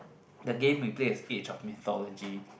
the game we played is age of mythology